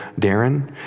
darren